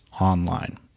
online